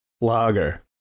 lager